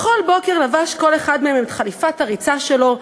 בכל בוקר לבש כל אחד מהם את חליפת הריצה שלו,